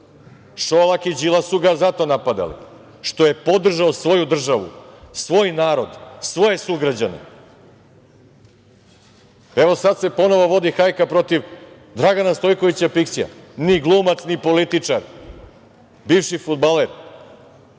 Šolak i Đilas su ga zato napadali, što je podržao svoju državu, svoj narod, svoje sugrađane. Sada se ponovo vodi hajka protiv Dragana Stojkovića Piksija, ni glumac, ni političar, bivši fudbaler.